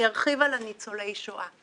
אני ארחיב על ניצולי השואה.